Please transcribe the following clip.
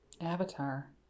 Avatar